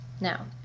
now